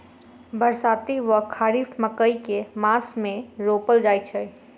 बरसाती वा खरीफ मकई केँ मास मे रोपल जाय छैय?